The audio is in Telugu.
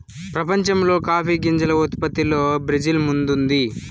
ప్రపంచంలో కాఫీ గింజల ఉత్పత్తిలో బ్రెజిల్ ముందుంది